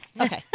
Okay